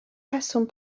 rheswm